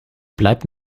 bleibt